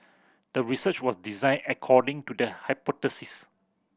the research was designed according to the hypothesis